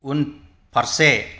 उनफारसे